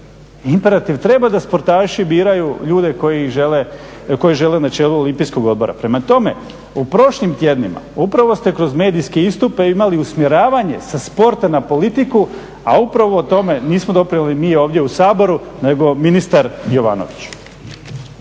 imperativ treba da sportaši biraju ljude koji ih žele, koje žele na čelu Olimpijskog odbora. Prema tome, u prošlim tjednima upravo ste kroz medijske istupe imali usmjeravanje sa sporta na politiku, a upravo o tome nismo doprinijeli mi ovdje u Saboru nego ministar Jovanović.